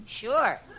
Sure